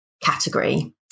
category